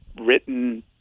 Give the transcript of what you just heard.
written